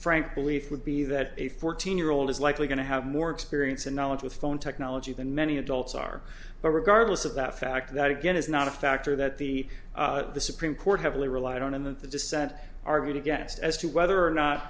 frank belief would be that a fourteen year old is likely going to have more experience and knowledge with phone technology than many adults are but regardless of that fact that again is not a factor that the supreme court heavily relied on and that the dissent argued against as to whether or not